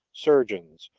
surgeons,